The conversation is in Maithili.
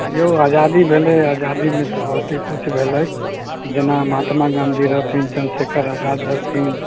यौ आजादी भेलै आजादीमे तऽ बहुते किछु भेलै जेना महात्मा गाँधी रहथिन चन्द्रशेखर आजाद रहथिन